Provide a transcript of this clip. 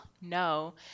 no